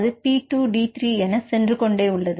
அது P2 D3 என சென்று கொண்டே உள்ளது